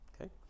Okay